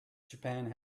japan